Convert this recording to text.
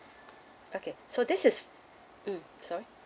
okay so this is mm sorry